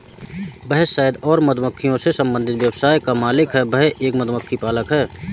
वह शहद और मधुमक्खियों से संबंधित व्यवसाय का मालिक है, वह एक मधुमक्खी पालक है